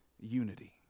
unity